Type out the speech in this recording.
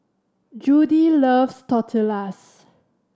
Judie loves Tortillas